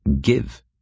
Give